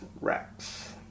Rex